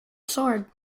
sword